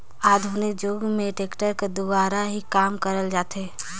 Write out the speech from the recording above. आधुनिक जुग मे दो टेक्टर कर दुवारा ही काम करल जाथे